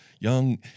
young